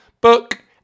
book